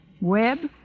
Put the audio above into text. Web